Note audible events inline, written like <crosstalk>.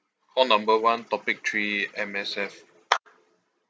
call number one topic three M_S_F <noise>